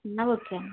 okay అండి